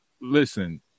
listen